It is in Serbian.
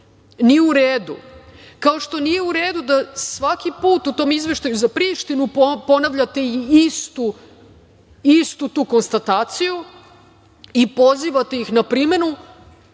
Nije u redu, a kao što nije u redu da svaki put u tom izveštaju za Prištinu ponavljate istu tu konstataciju i pozivate ih na primenu,